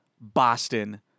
Boston